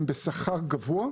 הם בשכר גבוה,